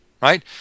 right